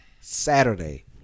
Saturday